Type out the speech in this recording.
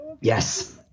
Yes